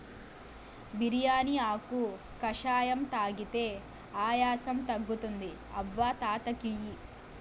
బిర్యానీ ఆకు కషాయం తాగితే ఆయాసం తగ్గుతుంది అవ్వ తాత కియి